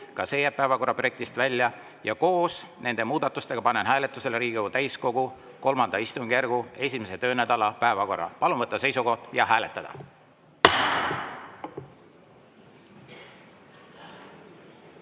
Ka see jääb päevakorraprojektist välja. Koos nende muudatustega panen hääletusele Riigikogu täiskogu III istungjärgu 1. töönädala päevakorra. Palun võtta seisukoht ja hääletada!